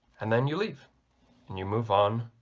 and then you leave and you move on